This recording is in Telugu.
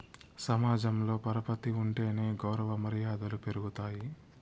సమాజంలో పరపతి ఉంటేనే గౌరవ మర్యాదలు పెరుగుతాయి